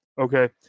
Okay